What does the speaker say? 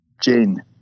Jane